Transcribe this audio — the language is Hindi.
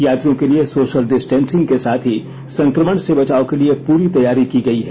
यात्रियों के लिए सोषल डिस्टेंसिंग के साथ ही संकमण से बचाव के लिए पूरी तैयारी की गयी है